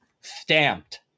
stamped